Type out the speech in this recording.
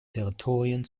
territorien